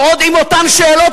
ועוד עם אותן שאלות,